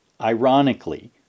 Ironically